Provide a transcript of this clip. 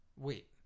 Wait